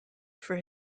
for